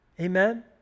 Amen